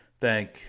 thank